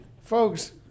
folks